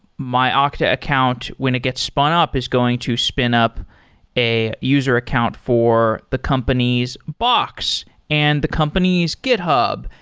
my ah okta account, when it gets spun up, is going to spin up a user account for the company's box, and the company's github,